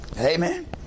Amen